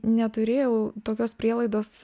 neturėjau tokios prielaidos